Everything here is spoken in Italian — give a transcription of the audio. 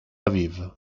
aviv